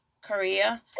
korea